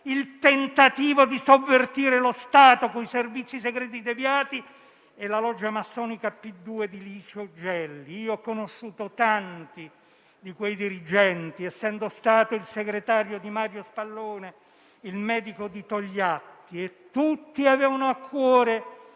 dal tentativo di sovvertire lo Stato con i servizi segreti deviati e la loggia massonica P2 di Licio Gelli. Ho conosciuto tanti di quei dirigenti, essendo stato il segretario di Mario Spallone, il medico di Togliatti. Tutti avevano a cuore